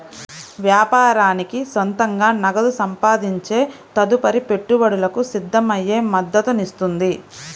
వ్యాపారానికి సొంతంగా నగదు సంపాదించే తదుపరి పెట్టుబడులకు సిద్ధమయ్యే మద్దతునిస్తుంది